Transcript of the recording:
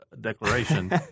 declaration